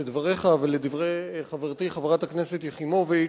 לדבריך ולדברי חברתי חברת הכנסת יחימוביץ,